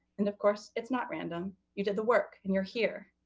and, of course, it's not random. you did the work, and you're here,